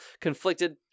conflicted